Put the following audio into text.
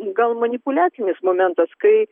gal manipuliacinis momentas kai